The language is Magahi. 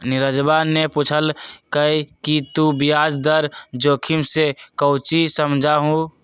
नीरजवा ने पूछल कई कि तू ब्याज दर जोखिम से काउची समझा हुँ?